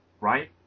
Right